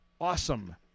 Awesome